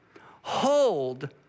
hold